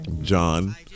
John